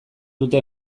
dute